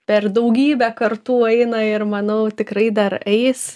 per daugybę kartų eina ir manau tikrai dar eis